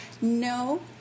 No